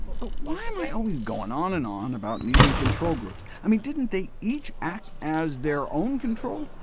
but why am i always going on and on about needing control groups? i mean didn't they each act as their own control?